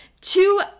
two